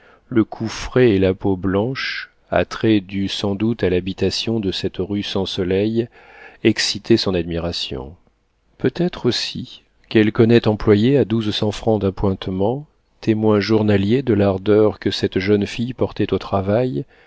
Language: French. le cou frais et la peau blanche attrait dû sans doute à l'habitation de cette rue sans soleil excitaient son admiration peut-être aussi quelque honnête employé à douze cents francs d'appointements témoin journalier de l'ardeur que cette jeune fille portait au travail